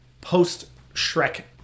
post-Shrek